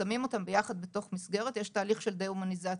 שמים אותם ביחד בתוך מסגרת יש תהליך של דה הומניזציה.